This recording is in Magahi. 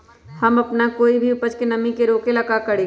हम अपना कोई भी उपज के नमी से रोके के ले का करी?